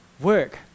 work